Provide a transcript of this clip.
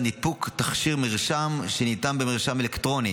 ניפוק תכשיר מרשם שניתן במרשם אלקטרוני